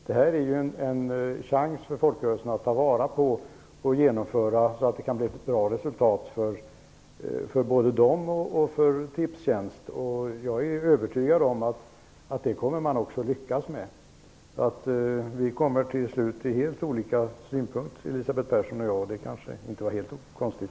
Detta är en chans för folkrörelserna att ta till vara och genomföra så att det kan bli ett bra resultat för både folkrörelserna och för Tipstjänst. Jag är övertygad om att man också kommer att lyckas med detta. Elisabeth Persson och jag kommer till helt olika slutsatser, vilket inte är helt konstigt.